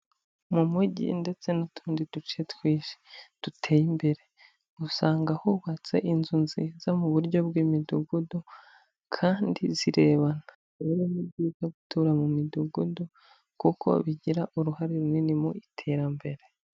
Mu mujyi ndetse n'utundi duce twinshi duteye imbere, usanga hubatse inzu nziza mu buryo bw'imidugudu, kandi zirebana, ibi ni byo byiza gutura mu midugudu, kuko bigira uruhare runini mu iterambere.